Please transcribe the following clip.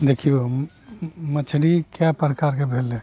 देखिऔ मछरी कै प्रकारके भेलै